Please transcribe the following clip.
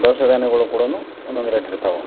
ಧವಸ ಧಾನ್ಯಗಳು ಕೂಡ ಒನ್ನೊಂದು ರೇಟ್ ಇರ್ತಾವೆ